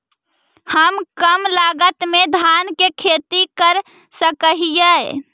हम कम लागत में धान के खेती कर सकहिय?